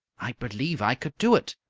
i believe i could do it,